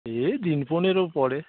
এই দিন পনেরো পরে